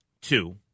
two